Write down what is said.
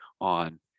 on